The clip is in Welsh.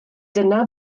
dyna